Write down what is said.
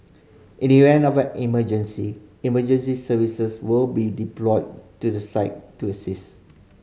in the event of an emergency emergency services will be deployed to the site to assist